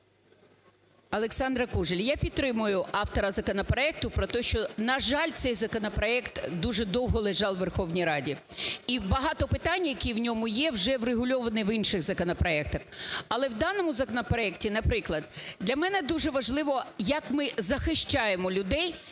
Олександра Кужель. Я підтримую автора законопроекту про те, що, на жаль, цей законопроект дуже довго лежав у Верховній Раді, і багато питань, які в ньому є, вже врегульовані в інших законопроектах. Але в даному законопроекті, наприклад, для мене дуже важливо, як ми захищаємо людей,